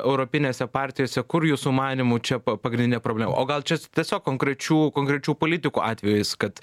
europinėse partijose kur jūsų manymu čia pagrindinė problema o gal čia tiesiog konkrečių konkrečių politikų atvejis kad